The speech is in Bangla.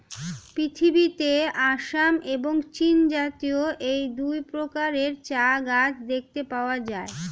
পৃথিবীতে আসাম এবং চীনজাতীয় এই দুই প্রকারের চা গাছ দেখতে পাওয়া যায়